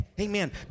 Amen